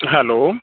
hello